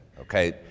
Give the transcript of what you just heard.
okay